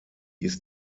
ist